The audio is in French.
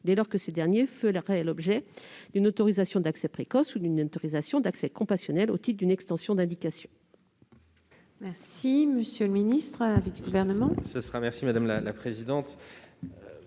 dès lors que ces derniers feraient l'objet d'une autorisation d'accès précoce ou d'une autorisation d'accès compassionnel, au titre d'une extension d'indication.